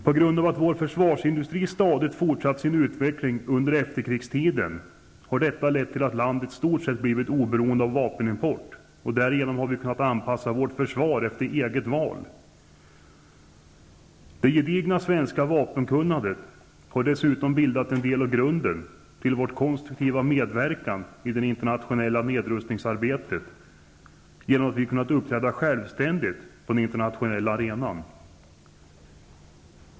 På grund av att vår försvarsindustri stadigt fortsatt sin utveckling under efterkrigstiden har detta lett till att landet i stort sett blivit oberoende av vapenimport. Därigenom har vi kunnat anpassa vårt försvar efter eget val. Det gedigna svenska vapenkunnandet har dessutom bildat en del av grunden till vår konstruktiva medverkan i det internationella nedrustningsarbetet genom att vi har kunnat uppträda självständigt på den internationella arenan.